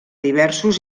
diversos